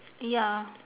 ya